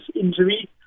injury